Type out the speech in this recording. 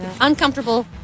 uncomfortable